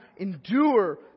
endure